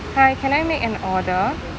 hi can I make an order